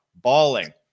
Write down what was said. balling